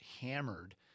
hammered